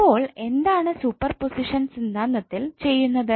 അപ്പോൾ എന്താണ് സൂപ്പർപൊസിഷൻ സിദ്ധാന്തത്തിൽ ചെയ്യുന്നത്